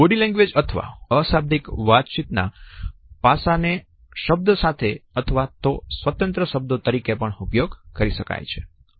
body language અથવા અશાબ્દિક વાતચીત ના પાસા ને શબ્દ સાથે અથવા તો સ્વતંત્ર શબ્દો તરીકે પણ ઉપયોગ કરી શકાય છે